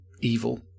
evil